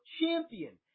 champion